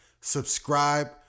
subscribe